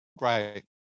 Right